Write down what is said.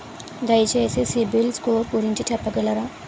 దయచేసి CIBIL score గురించి చెప్పగలరా?